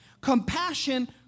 Compassion